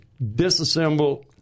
disassemble